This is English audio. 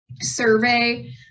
survey